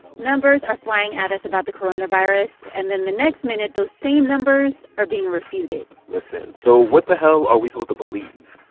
numbers are flying at us about the coronavirus. and then the next minute, those same numbers are being refuted listen. so what the hell are we supposed to believe?